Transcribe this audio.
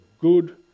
good